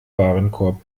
warenkorb